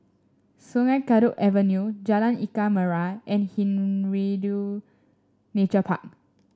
Sungei Kadut Avenue Jalan Ikan Merah and Hindhede Nature Park